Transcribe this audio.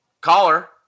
Caller